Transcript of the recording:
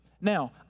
Now